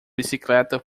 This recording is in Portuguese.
bicicleta